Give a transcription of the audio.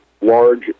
large